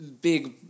big